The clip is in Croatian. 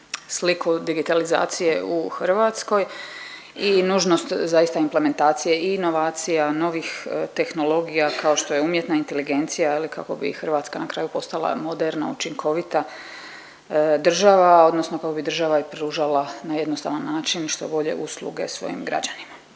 sliku digitalizacije u Hrvatskoj i nužnost zaista implementacije i inovacija, novih tehnologija kao što je umjetna inteligencija je li kako bi Hrvatska na kraju postala moderna, učinkovita država odnosno kako bi država i pružala na jednostavan način što bolje usluge svojim građanima.